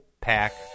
Pack